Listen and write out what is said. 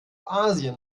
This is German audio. asien